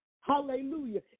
hallelujah